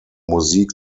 musik